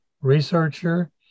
researcher